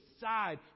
side